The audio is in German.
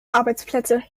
arbeitsplätze